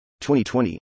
2020